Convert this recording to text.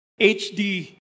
HD